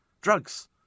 Drugs